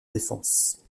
défense